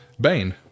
Bane